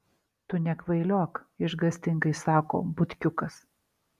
tu nekvailiok išgąstingai sako butkiukas